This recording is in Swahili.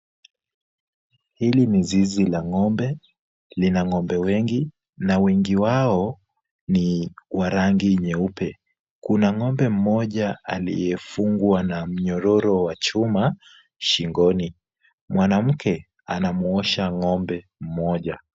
Hili ni zizi la ng'ombe, lina ng'ombe wengi na wengi wao ni wa rangi nyeupe. Kuna ng'ombe mmoja aliyefungwa na mnyororo wa chuma shingoni. Mwanamke anamuosha ng'ombe mmoja.